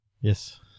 Yes